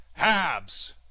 Habs